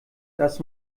das